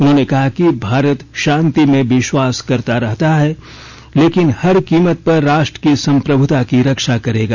उन्होंने कहा कि भारत शांति में विश्वास करता रहा है लेकिन हर कीमत पर राष्ट्र की संप्रभुता की रक्षा करेगा